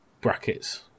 brackets